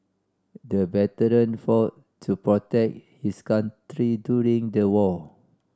the veteran fought to protect his country during the war